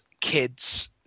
kids